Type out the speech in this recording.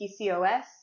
PCOS